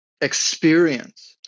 experience